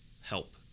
help